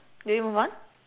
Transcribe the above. do we move on